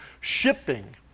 shipping